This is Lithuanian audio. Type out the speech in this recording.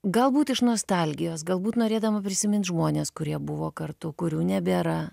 galbūt iš nostalgijos galbūt norėdama prisimint žmones kurie buvo kartu kurių nebėra